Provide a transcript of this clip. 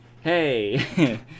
hey